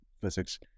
physics